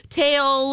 tail